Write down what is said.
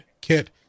kit